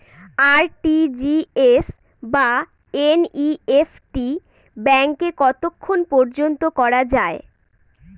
RTGS বা NEFT ব্যাংকে কতক্ষণ পর্যন্ত করা যায়?